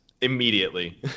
Immediately